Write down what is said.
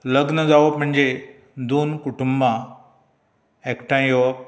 लग्न जावप म्हणजे दोन कुटुंबां एकठांय येवप